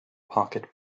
pocket